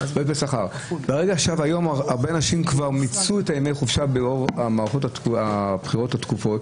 ברגע שהרבה אנשים מיצו את ימי החופשה לאור מערכות הבחירות התכופות,